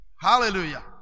Hallelujah